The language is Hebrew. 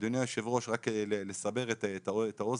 אדוני היושב-ראש, רק לסבר את האוזן,